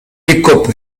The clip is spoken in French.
écope